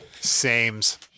Sames